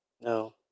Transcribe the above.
No